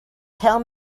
tell